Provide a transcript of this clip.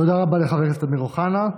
תודה רבה לחבר הכנסת אמיר אוחנה.